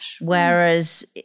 Whereas